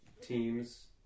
teams